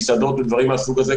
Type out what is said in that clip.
מסעדות ודברים מהסוג הזה.